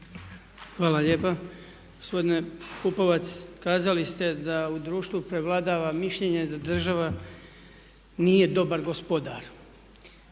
Hvala lijepa. Gospodine Pupovac, kazali ste da u društvu prevladava mišljenje da država nije dobar gospodar.